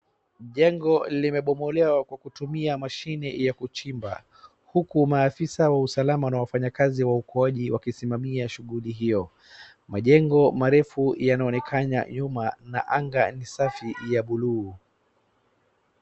Jengo limebomolewa kwa kutumia mashine ya kuchimba, huku maafisa wa usalama na wafanyikazi wa uokoaji wakisimamia kazi hiyo, majengo marefu yanaonekana nyuma na anga ni safi ya buluu .